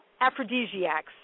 aphrodisiacs